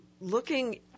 looking